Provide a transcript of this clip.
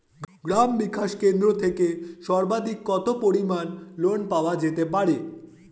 গ্রাম বিকাশ কেন্দ্র থেকে সর্বাধিক কত পরিমান লোন পাওয়া যেতে পারে?